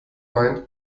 meint